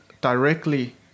directly